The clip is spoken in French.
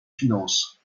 finances